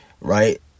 right